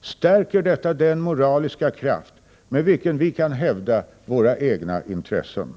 stärker detta den moraliska kraft med vilken vi kan hävda våra egna intressen.